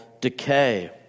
decay